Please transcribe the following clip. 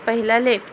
पहिला लेफ्ट